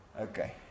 Okay